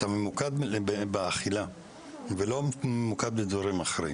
אתה ממוקד באכילה ולא ממוקד בדברים אחרים,